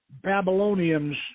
Babylonians